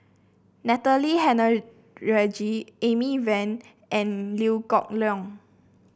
Natalie Amy Van and Liew Geok Leong